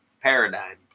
paradigm